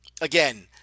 again